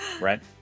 right